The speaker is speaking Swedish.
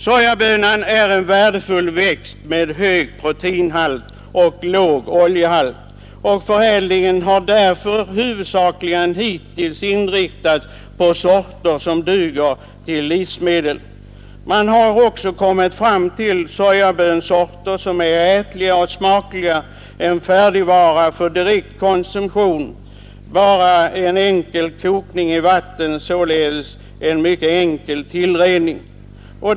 Sojabönan är en värdefull växt med hög proteinhalt och låg oljehalt, och förädlingen har därför hittills huvudsakligen inriktats på odling av sorter som duger till livsmedel. Man har kommit fram till sojabönsorter som är ätliga och smakliga — en färdigvara för direktkonsumtion efter bara kokning i vatten, således en enkel tillredning.